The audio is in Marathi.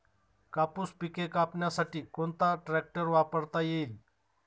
कापूस पिके कापण्यासाठी कोणता ट्रॅक्टर वापरता येईल?